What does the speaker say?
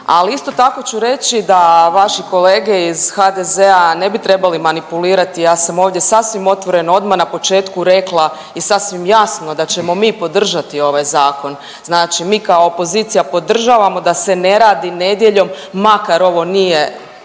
ali isto tako ću reći da vaše kolege iz HDZ-a ne bi trebali manipulirati, ja sam ovdje sasvim otvoreno odmah na početku rekla i sasvim jasno da ćemo mi podržati ovaj zakon. Znači mi kao opozicija podržavamo da se ne radi nedjeljom makar ovo nije